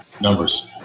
numbers